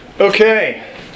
Okay